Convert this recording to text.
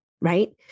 right